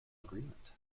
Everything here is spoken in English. agreement